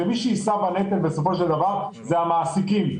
מי שיישא בנטל בסופו של דבר זה המעסיקים.